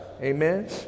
amen